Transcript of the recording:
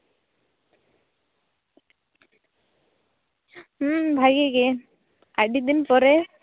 ᱦᱩᱸ ᱵᱷᱟᱜᱮ ᱜᱮ ᱟᱹᱰᱤ ᱫᱤᱱ ᱯᱚᱨᱮ